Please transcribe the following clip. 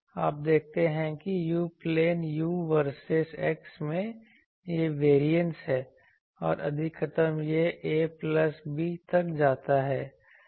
आप देखते हैं कि u plane u versus x में यह वेरियंस है और अधिकतम यह a प्लस b तक जाता है